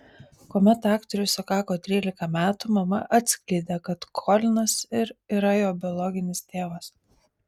kuomet aktoriui sukako trylika metų mama atskleidė kad kolinas ir yra jo biologinis tėvas